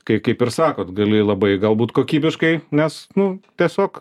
kaip ir sakot gali labai galbūt kokybiškai nes nu tiesiog